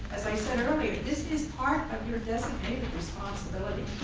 as i said earlier, this is part of your designative responsibility.